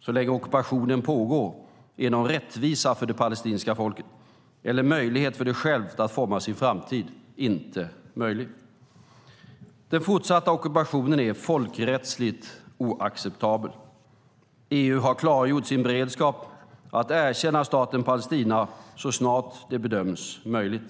Så länge ockupationen pågår är någon rättvisa för det palestinska folket, eller möjlighet för det att självt forma sin framtid, inte möjlig. Den fortsatta ockupationen är folkrättsligt oacceptabel. EU har klargjort sin beredskap att erkänna staten Palestina så snart det bedöms möjligt.